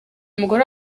umugore